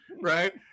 right